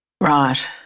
Right